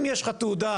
אם יש לך תעודה,